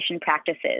practices